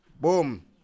Boom